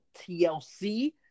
TLC